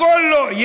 הכול לא.